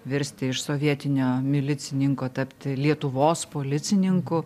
virsti iš sovietinio milicininko tapti lietuvos policininku